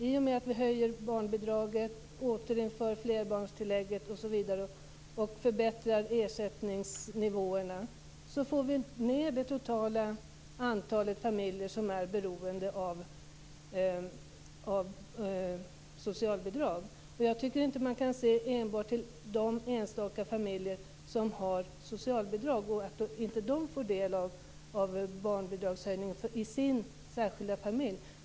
I och med att vi höjer barnbidraget, återinför flerbarnstillägget och förbättrar ersättningsnivåerna, får vi ned det totala antalet familjer som är beroende av socialbidrag. Jag tycker inte att man enbart kan se till de enstaka familjer som har socialbidrag och till att dessa inte får del av barnbidragshöjningen i sin särskilda familj.